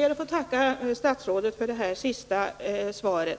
Herr talman! Jag ber att få tacka statsrådet för det senaste beskedet.